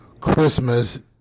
Christmas